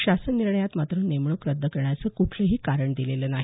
शासन निर्णयात मात्र नेमणूक रद्द करण्याचं कुठलंही कारण दिलेलं नाही